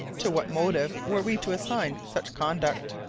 to what motive were we to assign such conduct?